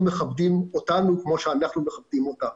מכבדים אותנו כמו שאנחנו מכבדים אותם.